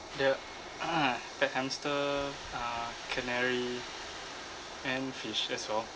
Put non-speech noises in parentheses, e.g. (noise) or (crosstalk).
the (noise) that hamster uh canary and fish that's all